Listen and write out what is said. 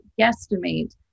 guesstimate